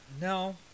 No